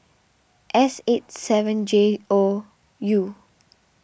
S eight seven J O U